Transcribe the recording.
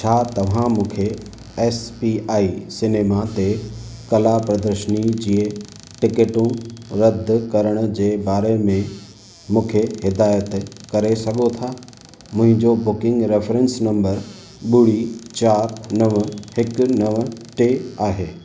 छा तव्हां मूंखे एस पी आई सिनेमा ते कला प्रदर्शनी जे टिकटूं रदि करण जे बारे में मूंखे हिदायत करे सघो था मुंहिंजो बुकिंग रेफ़िरेंस नंबर ॿुड़ी चार नव हिकु नव टे आहे